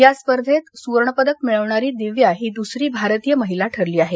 या स्पर्धेत सुवर्णपदक मिळवणारी दिव्या ही दूसरी भारतीय महिला ठरली आहे